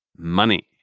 money.